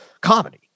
comedy